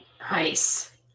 Nice